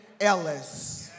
Ellis